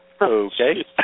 okay